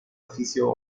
oficio